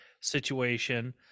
situation